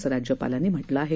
असं राज्यपालांनी म्हटलं आहे